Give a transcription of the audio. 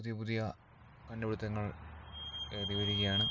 പുതിയ പുതിയ കണ്ടുപിടുത്തങ്ങൾ ഏറി വരികയാണ്